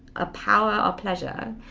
ah power, our pleasure,